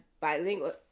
bilingual